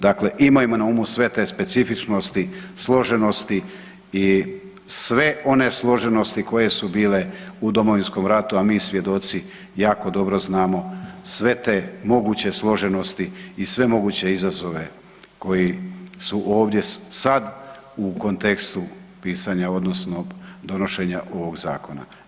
Dakle, imajmo na umu sve te specifičnosti, složenosti i sve one složenosti koje su bile u Domovinskom ratu, a mi svjedoci jako dobro znamo sve te moguće složenosti i sve moguće izazove koji su ovdje sad u kontekstu pisanja odnosno donošenja ovog zakona.